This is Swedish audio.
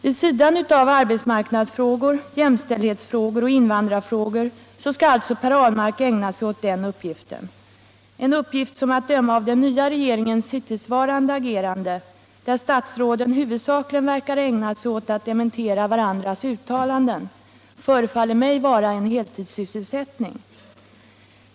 Vid sidan av arbetsmarknadsfrågor, jämställdhetsfrågor och invandrarfrågor skall alltså Per Ahlmark ägna sig åt denna uppgift, en uppgift som — att döma av den nya regeringens hittillsvarande agerande, där statsråden huvudsakligen verkar ägna sig åt att dementera varandras uttalanden — förefaller mig vara en heltidssysselsättning.